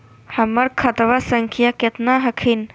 हमर खतवा संख्या केतना हखिन?